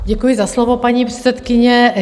Děkuji za slovo, paní předsedkyně.